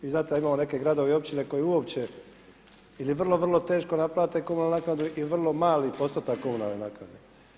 Vi znate da imamo neke gradove i općine koje uopće ili vrlo, vrlo teško naplate komunalnu naknadu ili vrlo mali postotak komunalne naknade.